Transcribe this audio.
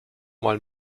mal